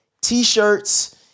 T-shirts